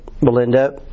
Belinda